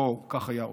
"כך היה אושוויץ",